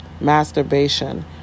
masturbation